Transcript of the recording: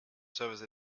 service